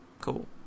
Cool